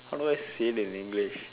how do I say that in English